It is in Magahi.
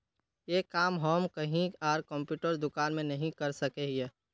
ये काम हम कहीं आर कंप्यूटर दुकान में नहीं कर सके हीये?